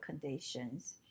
conditions